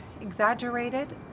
exaggerated